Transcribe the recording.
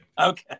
Okay